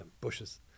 bushes